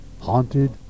Haunted